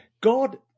god